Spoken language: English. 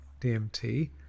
DMT